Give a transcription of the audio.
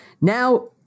Now